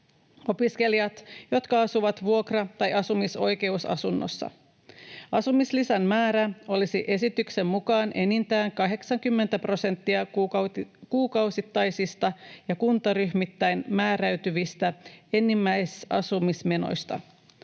opiskelijat, jotka asuvat vuokra- tai asumisoikeusasunnossa. Asumislisän määrä olisi esityksen mukaan enintään 80 prosenttia kuukausittaisista ja kuntaryhmittäin määräytyvistä enimmäisasumismenoista.